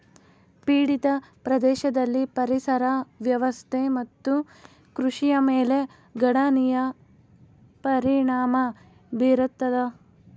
ಪೀಡಿತ ಪ್ರದೇಶದಲ್ಲಿ ಪರಿಸರ ವ್ಯವಸ್ಥೆ ಮತ್ತು ಕೃಷಿಯ ಮೇಲೆ ಗಣನೀಯ ಪರಿಣಾಮ ಬೀರತದ